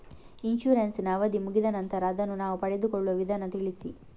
Insurance ನ ಅವಧಿ ಮುಗಿದ ನಂತರ ಅದನ್ನು ನಾವು ಪಡೆದುಕೊಳ್ಳುವ ವಿಧಾನ ತಿಳಿಸಿ?